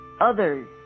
others